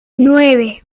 nueve